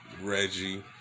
Reggie